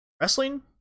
Wrestling